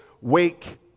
Wake